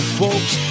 folks